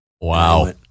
Wow